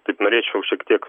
taip norėčiau šiek tiek